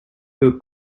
who